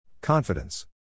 Confidence